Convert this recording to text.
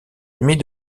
amis